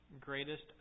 greatest